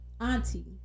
auntie